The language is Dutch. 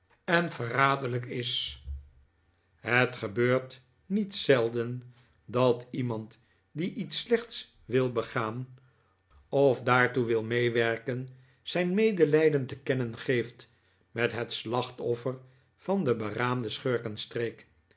en verraderlijk is het gebeurt niet zelden dat iemand die iets slechts wil begaan of daartoe wjl meenikolaas nickleby werken zijn medelijden te kennen geeft met het slachtoffer van de beraamde